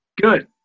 Good